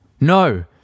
No